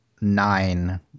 nine